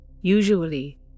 Usually